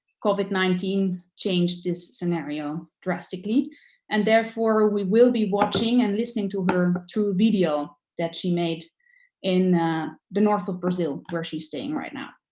covid nineteen changed this scenario drastically and therefore we will be watching and listening to her through a video that she made in the north of brazil where she's staying right now.